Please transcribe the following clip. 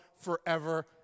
forever